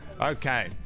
Okay